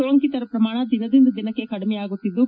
ಸೋಂಕಿತರ ಪ್ರಮಾಣ ದಿನದಿಂದ ದಿನಕ್ಷಿ ಕಡಿಮೆಯಾಗುತ್ತಿದ್ದು